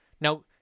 Now